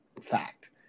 fact